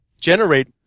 generate